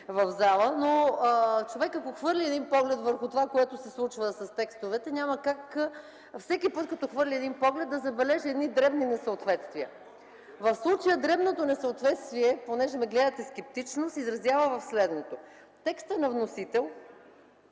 в залата, но човек, ако хвърли един поглед върху това, което се случва с текстовете, няма как всеки път, като хвърли един поглед, да не забележи едни дребни несъответствия. В случая дребното несъответствие, понеже ме гледате скептично, се изразява в следното. Текстът на вносителя